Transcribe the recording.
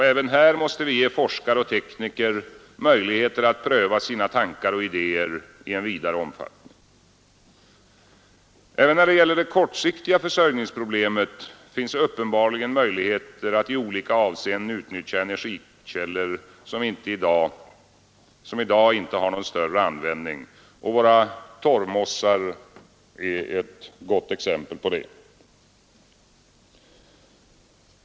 Även här måste vi ge forskare och tekniker möjligheter att pröva sina tankar och idéer i en vidare omfattning. Även när det gäller det kortsiktiga försörjningsproblemet finns uppenbarligen möjligheter att i olika avseenden utnyttja energikällor som i dag inte har någon större användning. Våra torvmossar är därvid ett gott exempel.